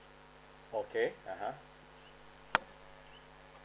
okay (uh huh)